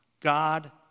God